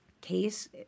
case